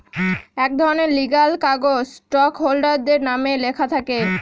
এক ধরনের লিগ্যাল কাগজ স্টক হোল্ডারদের নামে লেখা থাকে